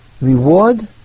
reward